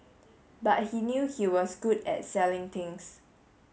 but he knew he was good at selling things